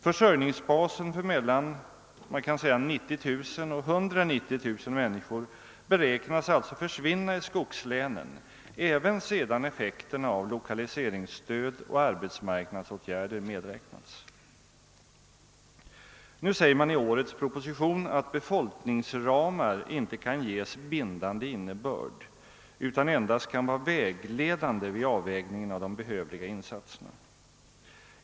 Försörjningsbasen för mellan 90000 och 190 000 människor beräknas alltså försvinna i skogslänen även sedan effekterna av lokaliseringsstöd och arbetsmarknadsåtgärder medräknats. Nu säger man i årets proposition att befolkningsramar inte kan ges bindande innebörd utan endast kan vara vägledande vid avvägningen av de behövliga insatserna.